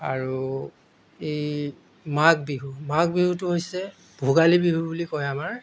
আৰু এই মাঘ বিহু মাঘ বিহুটো হৈছে ভোগালী বিহু বুলি কয় আমাৰ